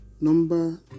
number